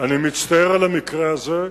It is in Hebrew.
אני מצטער על המקרה הזה.